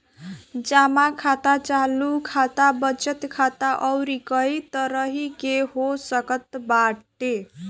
जमा खाता चालू खाता, बचत खाता अउरी कई तरही के हो सकत बाटे